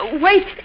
Wait